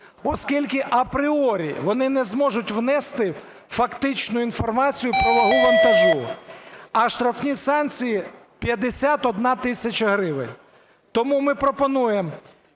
оскільки апріорі вони не зможуть внести фактичну інформацію про вагу вантажу, а штрафні санкції 51 тисяча гривень. Тому ми пропонуємо,